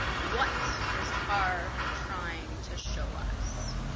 what is carr trying to show us?